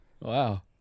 Wow